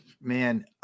man